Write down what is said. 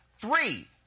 Three